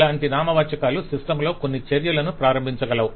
ఇలాంటి నామవాచకాలు సిస్టమ్ లో కొన్ని చర్యలను ప్రారంభించగలవు